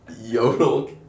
Yodel